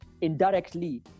indirectly